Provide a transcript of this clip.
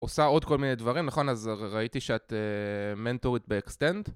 עושה עוד כל מיני דברים, נכון? אז ראיתי שאת מנטורית באקסטנד.